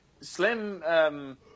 Slim